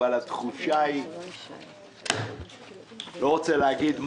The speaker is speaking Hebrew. אבל אני לא רוצה להגיד,